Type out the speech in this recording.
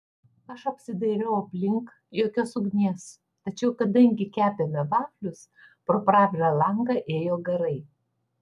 aš apsidairiau aplink jokios ugnies tačiau kadangi kepėme vaflius pro pravirą langą ėjo garai